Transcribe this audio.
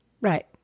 Right